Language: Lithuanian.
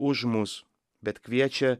už mus bet kviečia